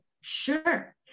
sure